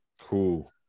Cool